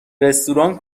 رستوران